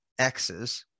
Xs